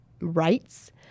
rights